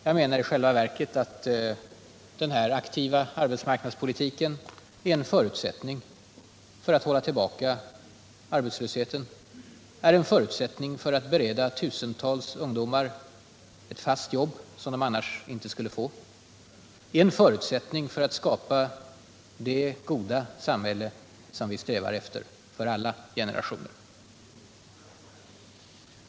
Jag menar att den här aktiva arbetsmarknadspolitiken i själva verket är en förutsättning för att hålla tillbaka arbetslösheten, en förutsättning för att bereda tusentals ungdomar ett fast jobb som de annars inte skulle få, en förutsättning för att skapa det goda samhälle som vi strävar efter för alla generationer.